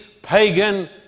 pagan